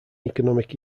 economic